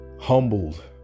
humbled